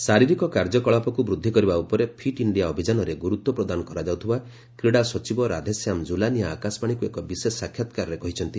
fit India ଶାରୀରିକ କାର୍ଯ୍ୟକଳାପକୁ ବୃଦ୍ଧି କରିବା ଉପରେ ଫିଟ୍ ଇଣ୍ଡିଆ ଅଭିଯାନରେ ଗୁରୁତ୍ୱ ପ୍ରଦାନ କରାଯାଉଥିବା କ୍ରୀଡ଼ା ସଚିବ ରାଧେଶ୍ୟାମ ଜୁଲାନିୟା ଆକାଶବାଣୀକୁ ଏକ ବିଶେଷ ସାକ୍ଷାତକାରରେ କହିଛନ୍ତି